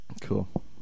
cool